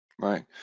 Right